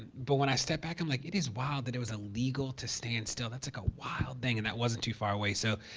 but i stepped back, i'm like, it is wild that it was illegal to stand still. that's like a wild thing, and that wasn't too far away. so,